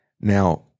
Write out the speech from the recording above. Now